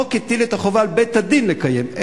החוק הטיל את החובה על בית-הדין לקיים,